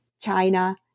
China